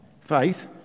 faith